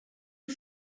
you